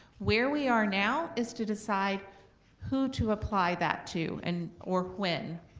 where we are now is to decide who to apply that to, and or when.